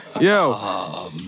Yo